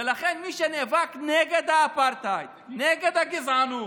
ולכן מי שנאבק נגד האפרטהייד, נגד הגזענות,